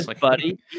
buddy